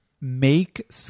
make